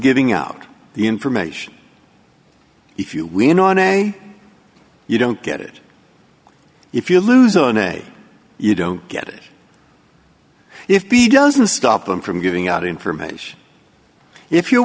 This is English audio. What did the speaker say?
getting out the information if you win or nay you don't get it if you lose on day you don't get it if he doesn't stop them from giving out information if you